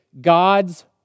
God's